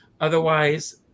Otherwise